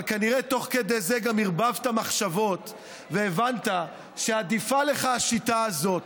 אבל כנראה תוך כדי זה גם ערבבת מחשבות והבנת שעדיפה לך השיטה הזאת.